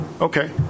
okay